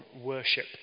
worship